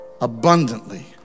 abundantly